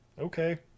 okay